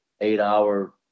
eight-hour